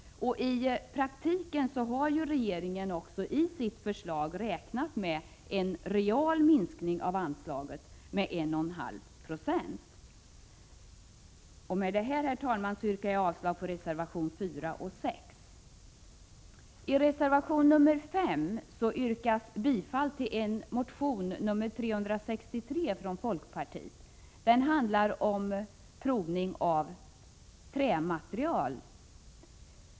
I praktiken har regeringen också i sitt förslag räknat med en real minskning av anslaget med 1,5 96. Med detta, herr talman, yrkar jag avslag på reservationerna 4 och 6. I reservation 5 yrkas bifall till motion N363 från folkpartiet, och den handlar om provning av trämaterial.